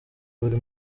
buri